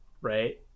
right